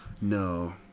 No